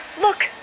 look